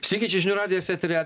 sveiki čia žinių radijas eteryje